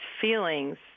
feelings